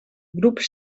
grup